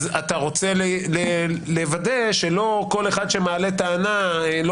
אז אתה רוצה לוודא שלא כל אחד שמעלה טענה לא